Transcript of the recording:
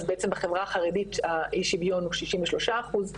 אז בעצם בחברה החרדית אי השוויון הוא 63 אחוזים,